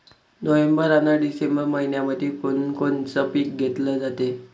November अन December मइन्यामंधी कोण कोनचं पीक घेतलं जाते?